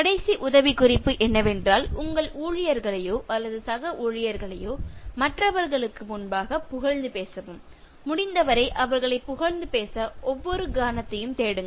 கடைசி உதவிக்குறிப்பு என்னவென்றால் உங்கள் ஊழியர்களையோ அல்லது சக ஊழியர்களையோ மற்றவர்களுக்கு முன்பாகப் புகழ்ந்து பேசவும் முடிந்தவரை அவர்களைப் புகழ்ந்து பேச ஒவ்வொரு கணத்தையும் தேடுங்கள்